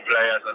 players